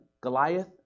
Goliath